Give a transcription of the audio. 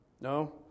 No